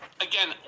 again